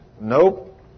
Nope